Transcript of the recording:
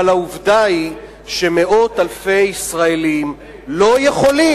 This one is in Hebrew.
אבל העובדה היא שמאות אלפי ישראלים לא יכולים.